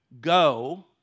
go